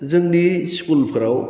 जोंनि स्कुलफ्राव